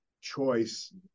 choice